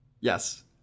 Yes